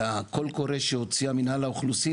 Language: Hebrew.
הקול הקורא שהוציאה רשות האוכלוסין,